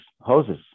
hoses